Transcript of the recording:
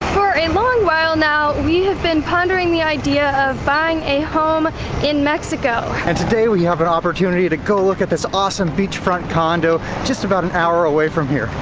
for a long while now we have been pondering the idea of buying a home in mexico and today we have an opportunity to go look at this awesome beachfront condo just about an hour away from here.